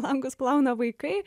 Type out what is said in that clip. langus plauna vaikai